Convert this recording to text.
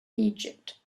egypt